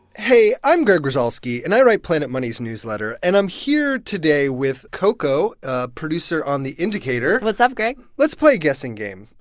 hey. i'm greg rosalsky, and i write planet money's newsletter. and i'm here today with coco, a producer on the indicator what's up, greg? let's play guessing game.